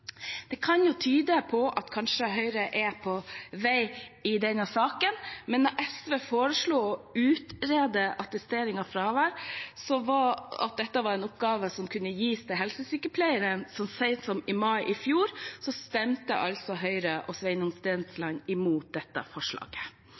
Det kan tyde på at Høyre kanskje er på vei i denne saken. Da SV så sent som i mai i fjor foreslo å utrede om attestering av fravær var en oppgave som kunne gis til